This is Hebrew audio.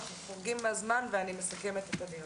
אנחנו חורגים מהזמן ואני מסכמת את הדיון.